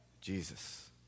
Jesus